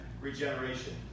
regeneration